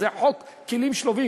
זה חוק הכלים השלובים.